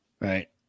Right